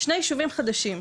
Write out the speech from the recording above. שני יישובים חדשים.